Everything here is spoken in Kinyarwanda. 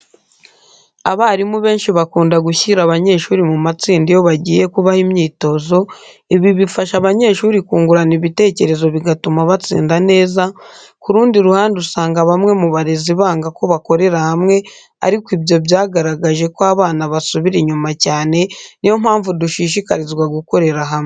Abarimu benshi bakunda gushyira abanyeshuri mu matsinda iyo bagiye kubaha imyitozo, ibi bifasha abanyeshuri kungurana ibitekerezo bigatuma batsinda neza, kurundi ruhande usanga bamwe mu barezi banga ko bakorera hamwe ariko ibyo byagaragaje ko abana basubira inyuma cyane, ni yo mpamvu dushishikarizwa gukorera hamwe.